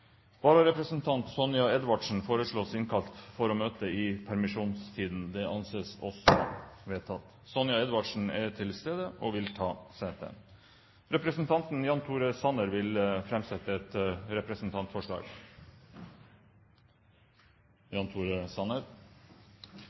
Vararepresentanten, Sonja Edvardsen, innkalles for å møte i permisjonstiden. Sonja Edvardsen er til stede og vil ta sete. Representanten Jan Tore Sanner vil framsette et representantforslag.